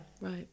right